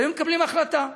והיו מקבלים החלטה: